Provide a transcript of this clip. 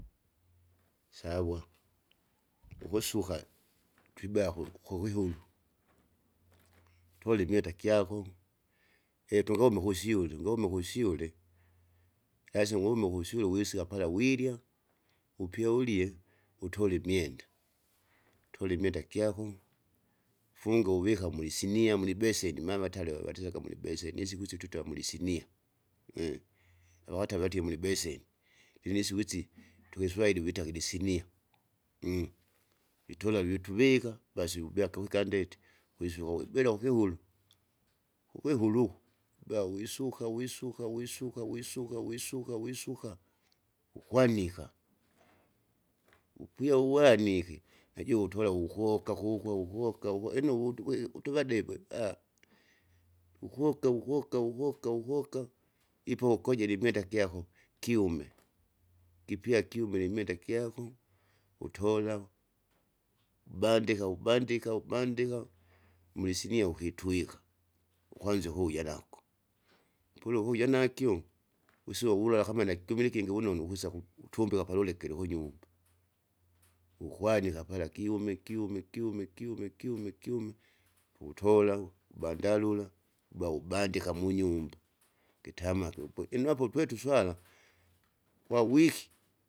Sawa, ukusuka, twibea kulu kukikundu, tole imweta gyako, itugome kusyule ungome kusyule, asie ungovome kusyule visika pala wirya, upya ulie utole imwenda, utole imwenda gyako, ufunge uvika muisinia mulibeseni mamataliva vatisaka mulibeseni isiku isi twita mulisinia! avakata vatie mulibeseni, ilinisiku isi tukiswahili vita kivisinia, vitola vituvika basi ubyake wikandeti. Kwisuka uwibila ukihulu, kukihulu uko, ubea wisuka wisuka wisuka wisuka wisuka wisuka, ukwanika, upwiya uwanike najuwa utola uwukoka kukwa ukuoka uku ino uwutu weke tuvadebe, ukuoka ukuoka ukuoka ukuoka, ipo ukojile imwenda gyako gume kipya kiumile imwenda gyako, utola, ubandika ubandika ubandika mulisinia ukitwika, ukwanza ukuwuja nako, pulu ukuwuja nakyo, usyo ulala kama nakyumile ikingi wunonu ukwisa ku- kutumbika palulekele ukunyumba. Ukwanika pala kiume kiume kiume kiume kiume kiume, tutola, ubandalula, uba ubandika munyumba, kitamake upwe, ino apo twe tuswala kwawiki.